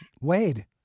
Wade